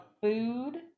food